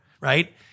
right